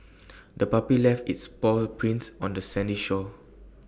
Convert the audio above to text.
the puppy left its paw prints on the sandy shore